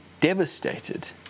devastated